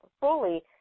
fully